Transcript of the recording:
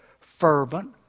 fervent